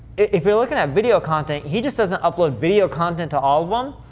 if you're looking at video content, he just doesn't upload video content to all of them,